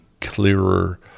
clearer